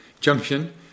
Junction